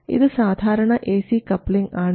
ഇത് സാധാരണ AC coupling ആണ്